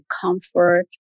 comfort